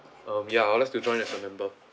um ya I would like to join as a member